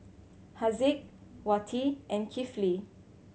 Haziq Wati and Kifli